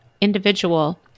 individual